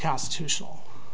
constitutional